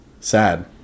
sad